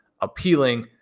appealing